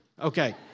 Okay